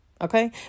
okay